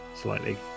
slightly